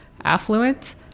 affluent